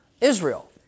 Israel